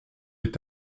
est